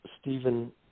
Stephen